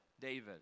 David